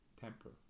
temper